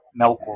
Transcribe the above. Melkor